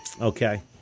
okay